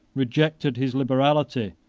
rejected his liberality,